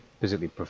physically